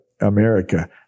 america